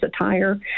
attire